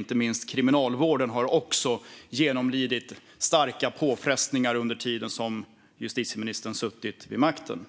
Inte minst Kriminalvården har också genomlidit starka påfrestningar under den tid som justitieministern har suttit vid makten.